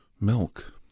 milk